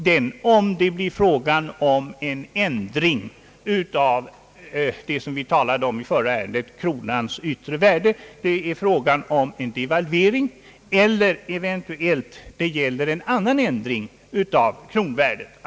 Det kan bli fråga om — vilket vi behandlade i det förra ärendet — att ändra kronans vär de, det kan gälla en devalvering eller en höjning av kronans värde.